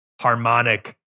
harmonic